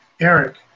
Eric